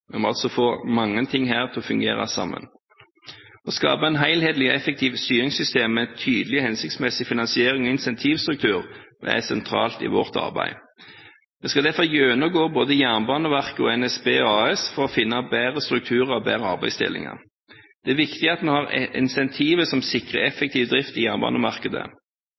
Vi må altså få mange ting her til å fungere sammen. Å skape et helhetlig og effektivt styringssystem med tydelig og hensiktsmessig finansierings- og incentivstruktur er sentralt i vårt arbeid. Vi skal derfor gjennomgå både Jernbaneverket og NSB AS for å finne bedre strukturer og bedre arbeidsdelinger. Det er viktig at vi har et incentiv som sikrer effektiv drift i jernbanemarkedet.